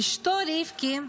אשתו רבקי,